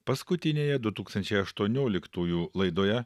paskutiniąją du tūkstančiai aštuonioliktųjų laidoje